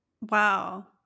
Wow